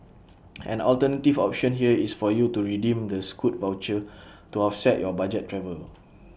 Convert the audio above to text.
an alternative option here is for you to redeem the scoot voucher to offset your budget travel